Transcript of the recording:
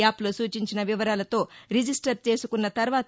యాప్లో సూచించిన వివరాలతో రిజిస్టర్ చేసుకున్న తర్వాత